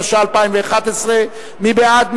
התשע"א 2011. מי בעד?